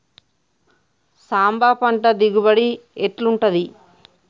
సాంబ పంట దిగుబడి ఎట్లుంటది?